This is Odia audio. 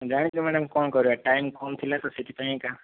ଜାଣିଛି ମ୍ୟାଡାମ କଣ କରିବା ଟାଇମ କମ ଥିଲା ତ ସେ'ଥିପାଇଁ ଏକା